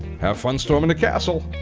have fun storming the castle!